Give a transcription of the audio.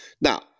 Now